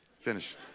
Finish